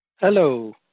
Hello